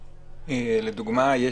לדוגמה,